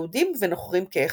יהודים ונוכרים כאחד.